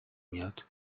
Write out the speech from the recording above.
میاد